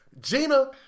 Gina